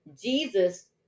Jesus